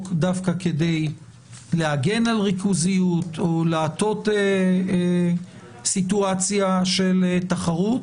דווקא כדי להגן על ריכוזיות או להטות סיטואציה של תחרות.